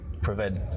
prevent